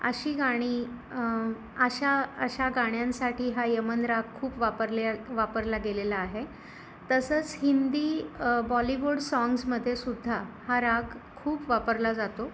अशी गाणी अशा अशा गाण्यांसाठी हा यमन राग खूप वापरल्या वापरला गेलेला आहे तसंच हिंदी बॉलिवूड साँग्समध्ये सुद्धा हा राग खूप वापरला जातो